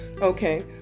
Okay